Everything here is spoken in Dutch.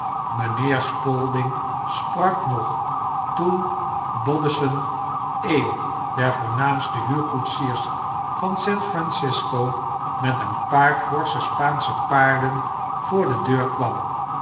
mijnheer spalding sprak nog toen bodesson een der voornaamste huurkoetsiers van san francisco met een paar forsche spaansche paarden voor de deur kwam